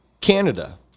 Canada